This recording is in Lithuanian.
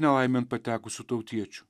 nelaimėn patekusių tautiečių